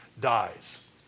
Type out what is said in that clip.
dies